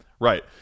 right